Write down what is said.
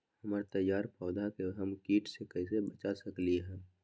हमर तैयार पौधा के हम किट से कैसे बचा सकलि ह?